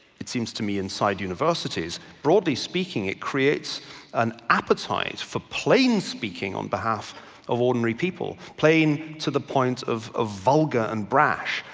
it seems to me inside universities, broadly speaking it creates an appetite for plain speaking on behalf of ordinary people. playing to the point of ah vulgar and brash.